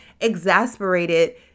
exasperated